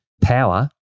power